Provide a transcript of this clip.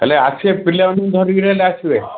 ହେବେ ଆସିବ ପିଲାମାନଙ୍କୁ ଧରିକିରି ହେଲେ ଆସିବେ